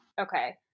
Okay